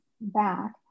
back